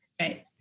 Right